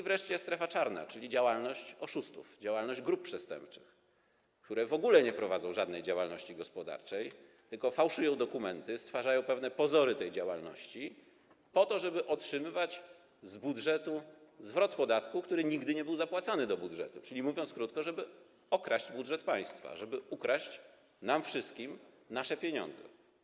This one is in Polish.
Wreszcie strefa czarna, czyli działalność oszustów, działalność grup przestępczych, które w ogóle nie prowadzą żadnej działalności gospodarczej, tylko fałszują dokumenty, stwarzają pewne pozory tej działalności, żeby otrzymywać z budżetu zwrot podatku, który nigdy nie był zapłacony do budżetu, czyli krótko mówiąc, żeby okraść budżet państwa, żeby ukraść nam wszystkim nasze pieniądze.